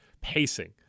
pacing